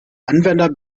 anwender